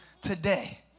today